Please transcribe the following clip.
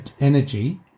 energy